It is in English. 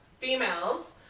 females